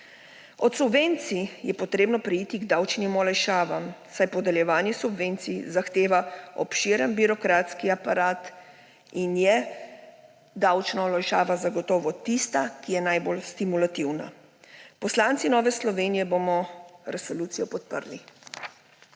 Od subvencij je potrebno preiti k davčnim olajšavam, saj podeljevanje subvencij zahteva obširen birokratski aparat in je davčna olajšava zagotovo tista, ki je najbolj stimulativna. Poslanci Nove Slovenije bomo resolucijo podprli.